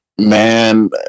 man